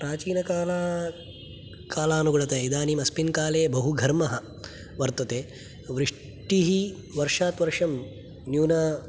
प्राचीनकाला कालानुगुणतया इदानीमस्मिन् काले बहु घर्मः वर्तते वृष्टिः वर्षात् वर्षं न्यूना